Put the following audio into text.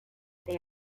they